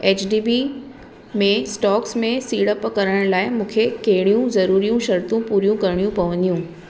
H D B में stocks में सीड़पु करण लाइ मूंखे कहिड़ियूं ज़रुरियूं शर्तूं पूरियूं करिणियूं पवंदियूं